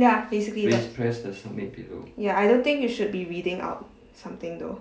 ya basically ya I don't think you should be reading out something though